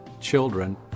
children